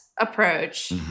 approach